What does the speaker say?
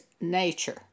nature